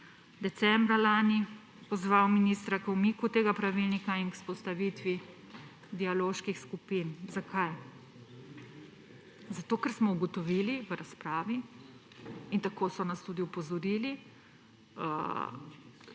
decembra lani pozval ministra k umiku tega pravilnika in k vzpostavitvi dialoških skupin. Zakaj? Ker smo ugotovili v razpravi, in tako so nas tudi opozorili,